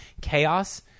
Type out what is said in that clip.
chaos